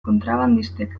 kontrabandistek